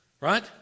right